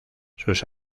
sus